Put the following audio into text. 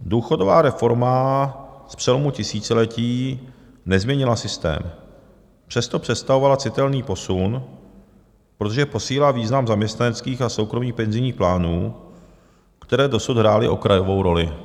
Důchodová reforma z přelomu tisíciletí nezměnila systém, přesto představovala citelný posun, protože posílila význam zaměstnaneckých a soukromých penzijních plánů, které dosud hrály okrajovou roli.